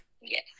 Yes